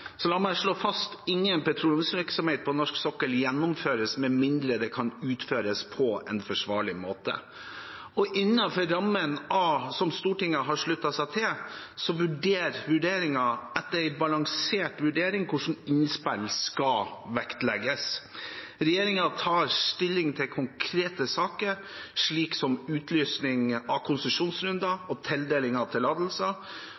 kan utføres på en forsvarlig måte. Innenfor rammen som Stortinget har sluttet seg til, vurderer man – etter en balansert vurdering – hvilke innspill som skal vektlegges. Regjeringen tar stilling til konkrete saker, slik som utlysning av